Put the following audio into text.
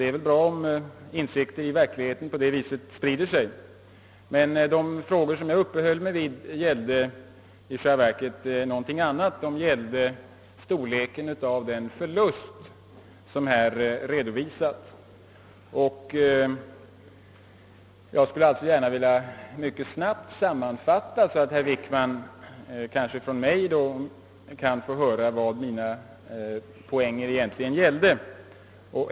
Det är bra om insikter i verkligheten på så sätt sprider sig. Men de frågor som jag uppehöll mig vid gällde i själva verket någonting annat. De gällde storleken av den förlust som redovisats, och jag skulle gärna vilja mycket snabbt sammanfatta, så att herr Wickman kan få höra vad mina påpekanden egentligen gällde.